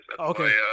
Okay